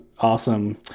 Awesome